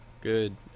Good